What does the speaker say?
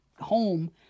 home